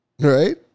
Right